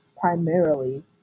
primarily